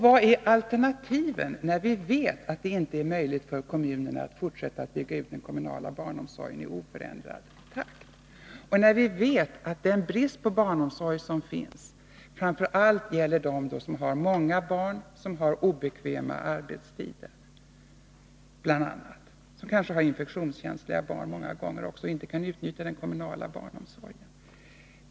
Vad är alternativen när vi vet att det inte är möjligt för kommunerna att fortsätta att bygga ut den kommunala barnomsorgen i oförändrad takt, när vi vet att den brist på barnomsorg som finns framför allt gäller dem som har många barn, dem som har obekväma arbetstider och dem som har infektionskänsliga barn och inte kan utnyttja den kommunala barnomsorgen?